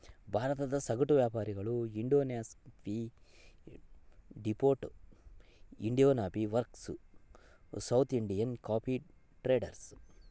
ಭಾರತದ ಸಗಟು ವ್ಯಾಪಾರಿಗಳು Indian coffee depot, Indian coffee works, South Indian coffee traders